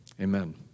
Amen